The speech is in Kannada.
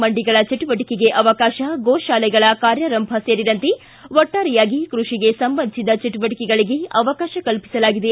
ಮಂಡಿಗಳ ಚಟುವಟಿಕೆಗೆ ಅವಕಾಶ ಗೋ ಶಾಲೆಗಳ ಕಾರ್ಯಾರಂಭ ಸೇರಿದಂತೆ ಒಟ್ಲಾರೆಯಾಗಿ ಕೃಷಿಗೆ ಸಂಬಂಧಿಸಿದ ಚಟುವಟಕೆಗಳಿಗೆ ಅವಕಾತ ಕಲ್ಪಿಸಲಾಗಿದೆ